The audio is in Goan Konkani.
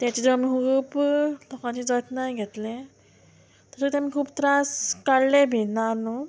तेचे तर आमी खूब लोकांची जतनाय घेतल्या तशेंत तेमी खूब त्रास काडले बी ना न्हू